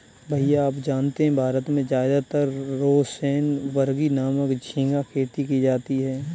भैया आप जानते हैं भारत में ज्यादातर रोसेनबर्गी नामक झिंगा खेती की जाती है